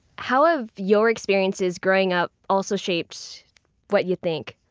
how have your experiences growing up also shaped what you think?